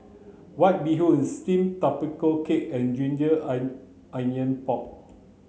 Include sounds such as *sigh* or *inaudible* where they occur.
white bee hoon steamed tapioca cake and ginger *unintelligible* onion pork